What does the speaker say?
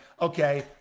okay